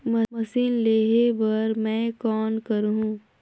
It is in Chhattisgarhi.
मशीन लेहे बर मै कौन करहूं?